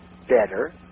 better